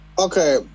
okay